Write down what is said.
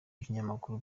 w’ikinyamakuru